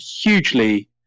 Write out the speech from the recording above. hugely